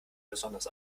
besonders